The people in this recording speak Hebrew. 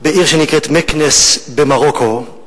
בעיר שנקראת מקנס, במרוקו,